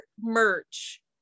merch